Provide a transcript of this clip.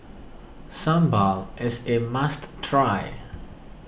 Sambal is a must try